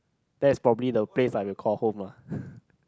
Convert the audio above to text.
that's probably the place I will call home lah